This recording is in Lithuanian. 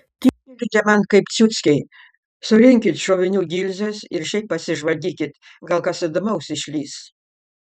tylite man kaip ciuckiai surinkit šovinių gilzes ir šiaip pasižvalgykit gal kas įdomaus išlįs